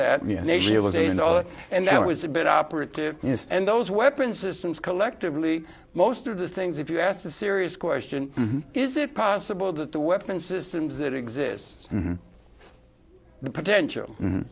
was and that was a bit operative and those weapons systems collectively most of the things if you asked a serious question is it possible that the weapon systems that exists the potential